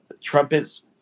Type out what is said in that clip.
trumpets